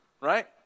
right